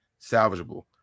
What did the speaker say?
salvageable